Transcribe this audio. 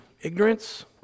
ignorance